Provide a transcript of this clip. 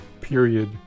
period